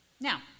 Now